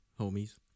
Homies